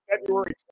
February